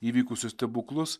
įvykusius stebuklus